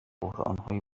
بحرانهای